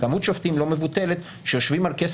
מספר שופטים לא מבוטל שיושבים היום על כס